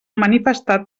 manifestat